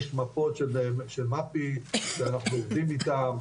יש מפות של מפ"י שאנחנו עובדים איתם,